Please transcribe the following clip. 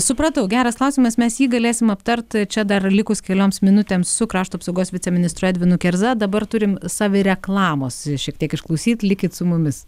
supratau geras klausimas mes jį galėsim aptarti čia dar likus kelioms minutėms su krašto apsaugos viceministru edvinu kerza dabar turim savireklamos šiek tiek išklausyt likit su mumis